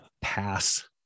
pass